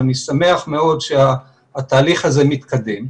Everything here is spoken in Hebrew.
ואני שמח מאוד שהתהליך הזה מתקדם,